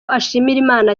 ashimira